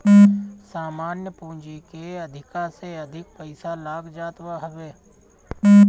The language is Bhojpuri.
सामान्य पूंजी के अधिका से अधिक पईसा लाग जात हवे